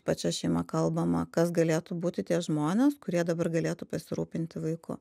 pačia šeima kalbama kas galėtų būti tie žmonės kurie dabar galėtų pasirūpinti vaiku